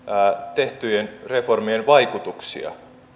tehtyjen reformien vaikutuksia